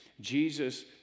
Jesus